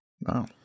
Wow